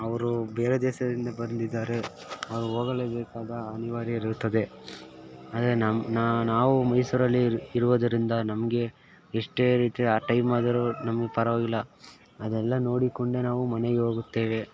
ಅವರು ಬೇರೆ ದೇಶದಿಂದ ಬಂದಿದ್ದಾರೆ ಅವ್ರು ಹೋಗಲೇಬೇಕಾದ ಅನಿವಾರ್ಯ ಇರುತ್ತದೆ ಆದರೆ ನಾವು ಮೈಸೂರಲ್ಲಿ ಇರು ಇರುವುದರಿಂದ ನಮಗೆ ಎಷ್ಟೇ ರೀತಿಯ ಆ ಟೈಮ್ ಆದರೂ ನಮ್ಗೆ ಪರವಾಗಿಲ್ಲ ಅದೆಲ್ಲ ನೋಡಿಕೊಂಡೆ ನಾವು ಮನೆಗೆ ಹೋಗುತ್ತೇವೆ